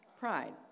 Pride